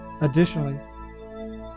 Additionally